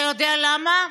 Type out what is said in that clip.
אתה יודע למה?